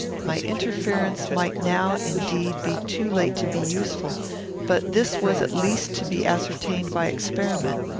my interference might now indeed be too late to be useful but this was at least to be ascertained by experiment.